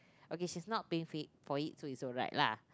okay she's not paying for it for it so it's alright lah